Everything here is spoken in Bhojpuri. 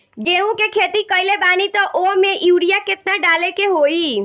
गेहूं के खेती कइले बानी त वो में युरिया केतना डाले के होई?